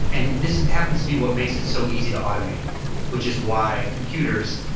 and this happens to be what makes it so easy to automate which is why computers,